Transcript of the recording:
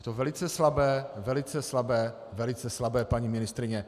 To je velice slabé, velice slabé, velice slabé, paní ministryně.